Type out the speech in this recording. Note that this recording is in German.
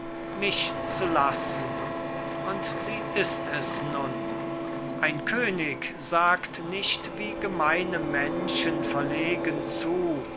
mich zu lassen und sie ist es nun ein könig sagt nicht wie gemeine menschen verlegen zu